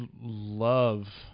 love